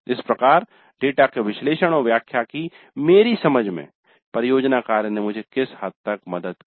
इस प्रकार डेटा के विश्लेषण और व्याख्या की मेरी समझ में परियोजना कार्य ने मुझे किस हद तक मदद की